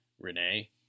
Renee